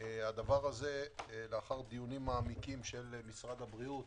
הדבר הזה, אחר דיונים מעמיקים של משרד הבריאות,